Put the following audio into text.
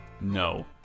No